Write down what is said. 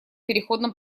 переходном